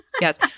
yes